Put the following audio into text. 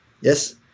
yes